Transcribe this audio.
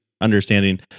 understanding